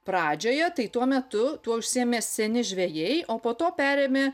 pradžioje tai tuo metu tuo užsiėmė seni žvejai o po to perėmė